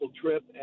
trip